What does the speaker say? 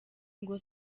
ngo